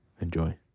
enjoy